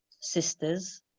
sisters